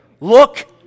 Look